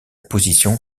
position